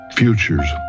futures